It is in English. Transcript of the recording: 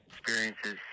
experiences